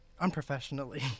unprofessionally